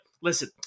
listen